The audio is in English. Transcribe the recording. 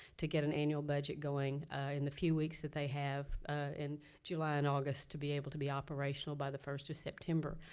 to get an annual budget going in the few weeks that they have in july and august, to be able to be operational by the first of september.